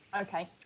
okay